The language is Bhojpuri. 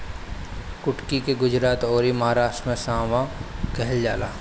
कुटकी के गुजरात अउरी महाराष्ट्र में सांवा कहल जाला